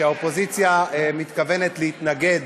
שהאופוזיציה מתכוונת להתנגד